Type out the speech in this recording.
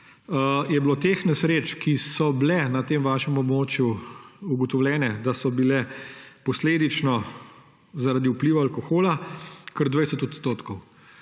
je bilo teh nesreč, ki so bile na vašem območju ugotovljene, da so bile zaradi vpliva alkohola, kar 20 %.